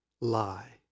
lie